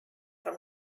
from